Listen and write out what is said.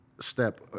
step